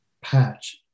patch